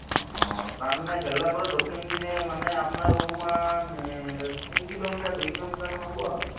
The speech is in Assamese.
অঁ অঁ তাৰমানে ভেল্লা পৰা দক্ষিণ পিনে মানে আপোনাৰ অনুুমান তিনি কিলোমিটাৰ দুই কিলোমিটাৰ মান হ'ব আৰু